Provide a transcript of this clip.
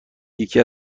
یکی